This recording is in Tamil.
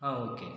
ஆ ஓகே